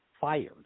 fired